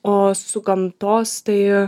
o su gamtos tai